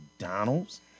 McDonald's